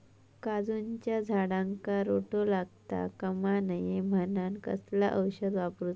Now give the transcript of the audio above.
काजूच्या झाडांका रोटो लागता कमा नये म्हनान कसला औषध वापरूचा?